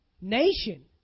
Nation